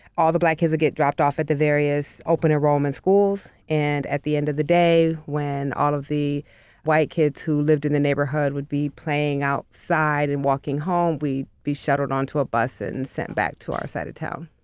all the black kids would get dropped off at the various open enrollment schools, and at the end of the day when all of the white kids who lived in the neighborhood would be playing outside and walking home, we'd be shuttled onto a bus and and sent back to our side of town.